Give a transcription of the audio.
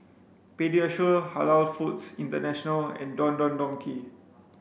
Pediasure Halal Foods International and Don Don Donki